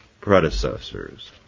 predecessors